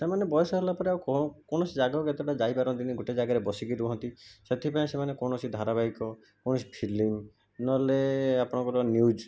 ସେମାନେ ବୟସ ହେଲାପରେ ଆଉ କ'ଣ କୌଣସି ଜାଗାକୁ ଏତେଟା ଯାଇପାରନ୍ତିନି ଗୋଟେ ଜାଗାରେ ବସିକି ରୁହନ୍ତି ସେଥିପାଇଁ ସେମାନେ କୌଣସି ଧାରାବାହିକ କୌଣସି ଫିଲ୍ମ ନହେଲେ ଆପଣଙ୍କର ନ୍ୟୁଜ୍